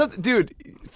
dude